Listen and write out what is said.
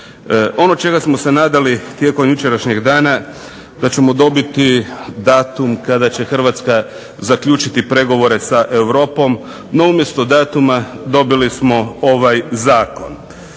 Ono čega smo se nadali tijekom jučerašnjeg dana da ćemo dobiti datum kada će Hrvatska zaključiti pregovore sa Europom, no umjesto datuma dobili smo ovaj zakon.